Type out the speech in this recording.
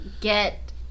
get